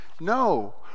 No